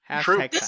True